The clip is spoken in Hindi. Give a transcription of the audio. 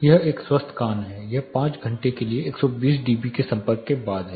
यह एक स्वस्थ कान है यह 5 घंटे के लिए 120 डीबी के संपर्क के बाद है